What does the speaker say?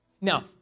Now